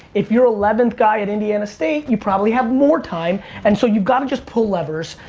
if your eleventh guy at indiana state, you probably have more time and so you've gotta just pull levers,